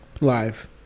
live